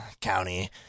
County